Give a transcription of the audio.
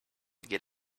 get